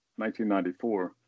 1994